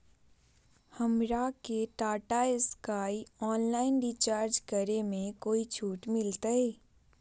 हमरा के Tata Sky online recharge करे में कोई छूट मिलतई